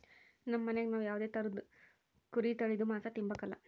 ನಮ್ ಮನ್ಯಾಗ ನಾವ್ ಯಾವ್ದೇ ತರುದ್ ಕುರಿ ತಳೀದು ಮಾಂಸ ತಿಂಬಕಲ